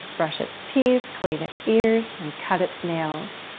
brush its teeth, clean its ears, and cut its nails.